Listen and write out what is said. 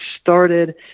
started